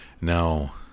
Now